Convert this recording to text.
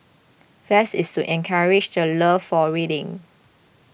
fest is to encourage the love for reading